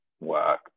work